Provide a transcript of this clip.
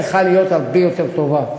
צריכה להיות הרבה יותר טובה,